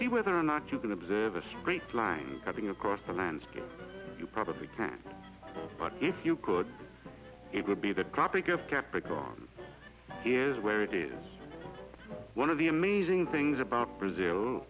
see whether or not you can observe a straight line cutting across the landscape you probably can't but if you could it would be that tropic of capricorn is where it is one of the amazing things about brazil